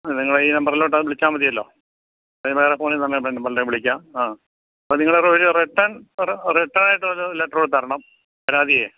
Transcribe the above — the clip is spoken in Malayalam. നിങ്ങളെ ഈ നമ്പറിലോട്ട് അത് വിളിച്ചാൽ മതിയല്ലോ അല്ലെങ്കിൽ വേറെ ഫോണിൽനിന്ന് ഞാൻ വിളിക്കാം അ അപ്പം നിങ്ങൾ ഒരു റിട്ടൺ റിട്ടൻ ആയിട്ടൊരു ലെറ്ററുംകൂടെ തരണം പരാതിയെ